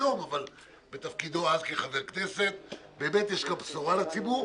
באמת יש כאן בשורה לציבור.